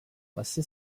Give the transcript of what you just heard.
lesy